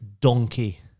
donkey